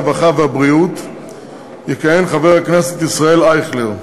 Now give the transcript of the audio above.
הרווחה והבריאות יכהן חבר הכנסת ישראל אייכלר.